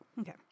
Okay